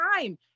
time